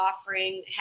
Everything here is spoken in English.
offering